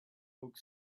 oak